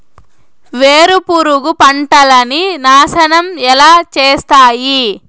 వేరుపురుగు పంటలని నాశనం ఎలా చేస్తాయి?